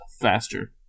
faster